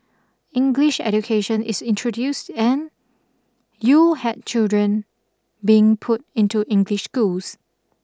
English education is introduced and you had children being put into English schools